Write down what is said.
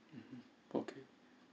mmhmm okay